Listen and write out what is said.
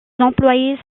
employés